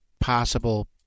possible